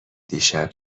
دیشب